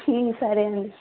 సరే అండి